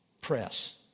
press